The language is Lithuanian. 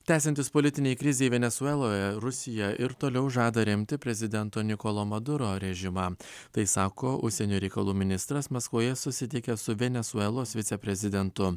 tęsiantis politinei krizei venesueloje rusija ir toliau žada remti prezidento nikolo maduro režimą tai sako užsienio reikalų ministras maskvoje susitikęs su venesuelos viceprezidentu